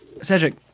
Cedric